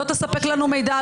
לא תספק לנו מידע,